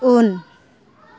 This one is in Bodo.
उन